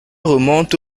remonte